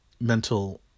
mental